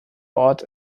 ort